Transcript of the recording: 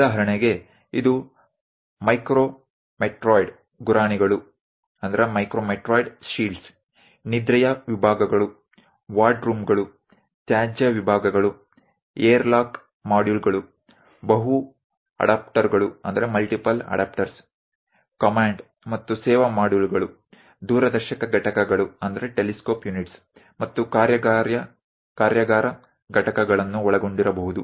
ಉದಾಹರಣೆಗೆ ಇದು ಮೈಕ್ರೊಮೆಟರಾಯ್ಡ್ ಗುರಾಣಿಗಳು ನಿದ್ರೆಯ ವಿಭಾಗಗಳು ವಾರ್ಡ್ರೂಮ್ಗಳು ತ್ಯಾಜ್ಯ ವಿಭಾಗಗಳು ಏರ್ಲಾಕ್ ಮಾಡ್ಯೂಲ್ಗಳು ಬಹು ಅಡಾಪ್ಟರುಗಳು ಕಮಾಂಡ್ ಮತ್ತು ಸೇವಾ ಮಾಡ್ಯೂಲ್ಗಳು ದೂರದರ್ಶಕ ಘಟಕಗಳು ಮತ್ತು ಕಾರ್ಯಾಗಾರ ಘಟಕಗಳನ್ನು ಒಳಗೊಂಡಿರಬಹುದು